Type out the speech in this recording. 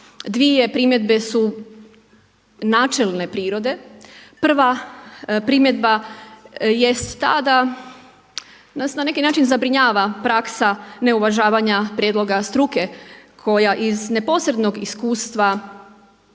Dvije primjedbe su načelne prirode. Prva primjedba jest ta da nas na neki način zabrinjava praksa neuvažavanja prijedloga struke koja iz neposrednog iskustva